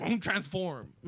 Transform